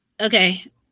Okay